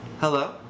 Hello